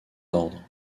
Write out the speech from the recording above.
ordres